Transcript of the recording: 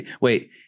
wait